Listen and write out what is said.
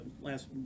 last